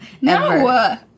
No